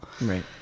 Right